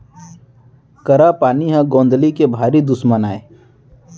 करा पानी ह गौंदली के भारी दुस्मन अय